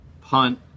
punt